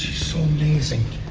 so amazing.